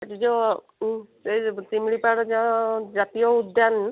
ସେଇଠି ଯେଉଁ ସେଇ ଯେ ଶିମିଳିପାଳ ଯାଅ ଜାତୀୟ ଉଦ୍ୟାନ